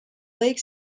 lake